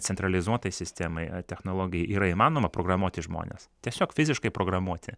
centralizuotai sistemai ar technologijai yra įmanoma programuoti žmones tiesiog fiziškai programuoti